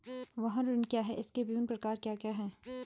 वाहन ऋण क्या है इसके विभिन्न प्रकार क्या क्या हैं?